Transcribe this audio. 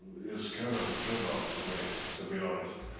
is kind of a turn off to me, to be honest.